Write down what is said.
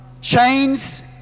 chains